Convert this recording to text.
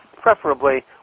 preferably